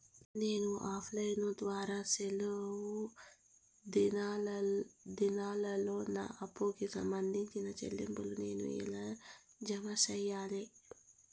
నేను offline ద్వారా సెలవు దినాల్లో నా అప్పుకి సంబంధించిన చెల్లింపులు నేను ఎలా జామ సెయ్యాలి?